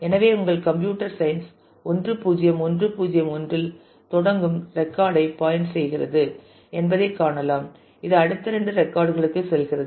எனவே உங்கள் computer science 1 0 1 0 1 யில் தொடங்கும் ரெக்கார்ட் ஐ பாயின்ட் செய்கிறது என்பதை காணலாம் இது அடுத்த இரண்டு ரெக்கார்ட் களுக்கு செல்கிறது